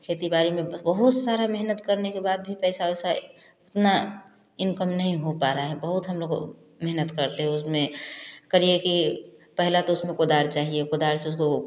खेती बाड़ी में बहुत सारा मेहनत करने के बाद भी पैसा उसा उतना इनकम नहीं हो पा रहा है बहुत हम लोग मेहनत करते है उसमें करिए कि पहला तो उसमें कोदार चाहिए कोदार से उसको